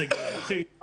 הסגל הבכיר,